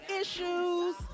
issues